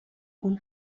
اون